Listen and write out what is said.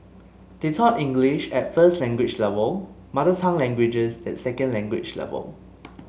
they taught English at first language level mother tongue languages at second language level